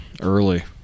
early